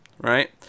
right